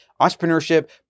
Entrepreneurship